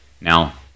Now